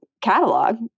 catalog